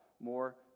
more